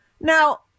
Now